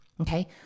okay